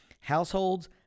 households